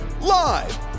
live